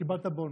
וקיבלת בונוס.